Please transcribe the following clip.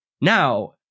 Now